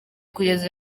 kugeza